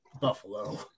Buffalo